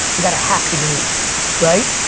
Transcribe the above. you gotta hack the game right?